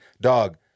dog